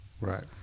Right